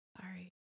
sorry